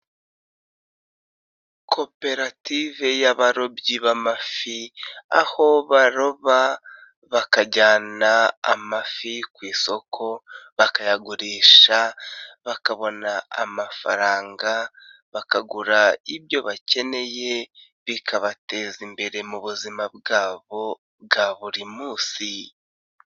Koperative y'abarobyi b'amafi aho baroba bakajyana amafi ku isoko bakayagurisha bakabona amafaranga bakagura ibyo bakeneye, bikabateza imbere mu buzima bwabo bwa buri munsi.